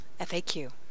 FAQ